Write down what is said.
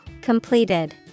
Completed